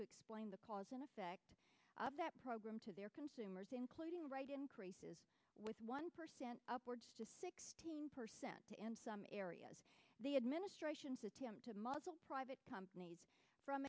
to explain the cause and effect of that program to their consumers including rate increases with one percent upwards to six percent in some areas the administration's attempt to muzzle private companies from